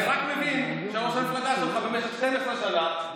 חבר הכנסת, קריאת ביניים, בסדר, לא נאום מהמקום.